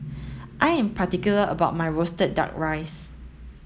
I am particular about my roasted duck rice